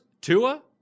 Tua